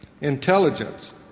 intelligence